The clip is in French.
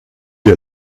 est